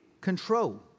control